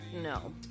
No